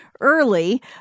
early